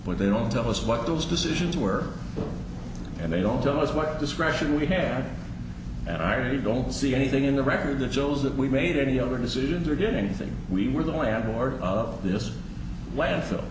but they don't tell us what those decisions were and they don't tell us what discretion we had and i really don't see anything in the record that shows that we made any other decisions or did anything we were the landlord of this landfill